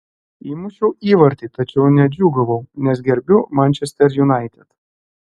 įmušiau įvartį tačiau nedžiūgavau nes gerbiu manchester united